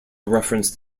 referenced